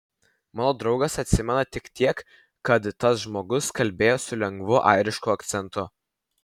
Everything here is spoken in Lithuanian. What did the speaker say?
mano draugas atsimena tik tiek kad tas žmogus kalbėjo su lengvu airišku akcentu